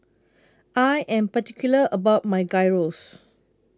I Am particular about My Gyros